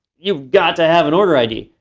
you've got to have an order id,